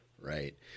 Right